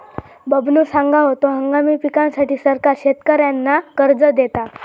बबनो सांगा होतो, हंगामी पिकांसाठी सरकार शेतकऱ्यांना कर्ज देता